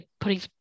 putting